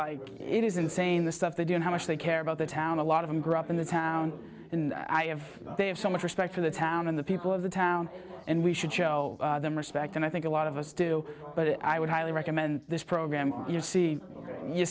like it is insane the stuff they do and how much they care about the town a lot of them grew up in this town and they have so much respect for the town and the people of the town and we should show them respect and i think a lot of us do but i would highly recommend this program you see you